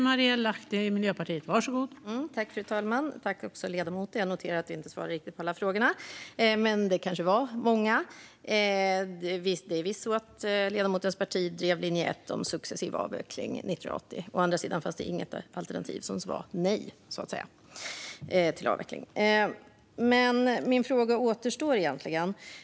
Fru talman! Jag noterar att jag inte riktigt fick svar på alla frågorna, men det kanske vara många. Det är visst så att ledamotens parti drev linje 1 om successiv avveckling 1980. Å andra sidan fanns det inget alternativ som sa nej till avveckling. Min fråga återstår.